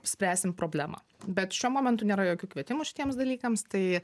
spręsim problemą bet šiuo momentu nėra jokių kvietimų šitiems dalykams tai